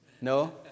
No